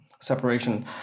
separation